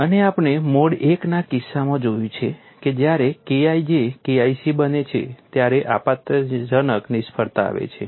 અને આપણે mode I ના કિસ્સામાં જોયું છે કે જ્યારે K I જે KIC બને છે ત્યારે આપત્તિજનક નિષ્ફળતા આવે છે